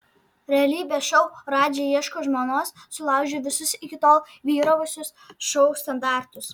realybės šou radži ieško žmonos sulaužė visus iki tol vyravusius šou standartus